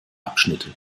abschnitte